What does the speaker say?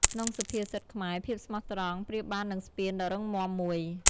ក្នុងសុភាសិតខ្មែរ ភាពស្មោះត្រង់ប្រៀបបាននឹងស្ពានដ៏រឹងមាំមួយ។